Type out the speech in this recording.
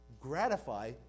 gratify